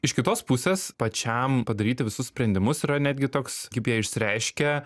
iš kitos pusės pačiam padaryti visus sprendimus yra netgi toks kaip jie išsireiškia